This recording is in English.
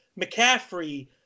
McCaffrey